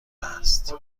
هست